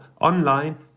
online